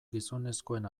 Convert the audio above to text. gizonezkoen